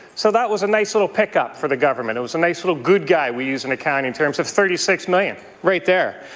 so that was a nice little pickup for the government. it was a nice little good guy we use in accounting terms of thirty six million right there.